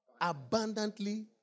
abundantly